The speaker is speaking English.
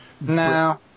No